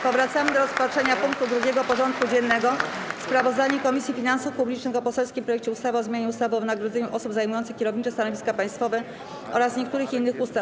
Powracamy do rozpatrzenia punktu 2. porządku dziennego: Sprawozdanie Komisji Finansów Publicznych o poselskim projekcie ustawy o zmianie ustawy o wynagrodzeniu osób zajmujących kierownicze stanowiska państwowe oraz niektórych innych ustaw.